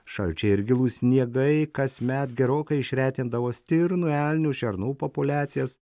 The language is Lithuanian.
šalčiai ir gilūs sniegai kasmet gerokai išretindavo stirnų elnių šernų populiacijas